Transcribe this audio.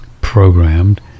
programmed